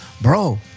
bro